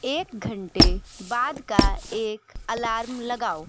एक घंटे बाद का एक अलार्म लगाओ